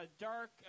dark